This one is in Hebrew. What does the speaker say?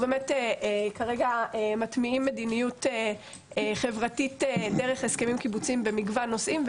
כרגע אנחנו מטמיעים מדיניות חברתית דרך הסכמים קיבוציים במגוון נושאים,